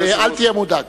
אל תהיה מודאג.